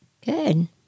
Good